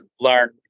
learn